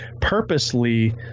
purposely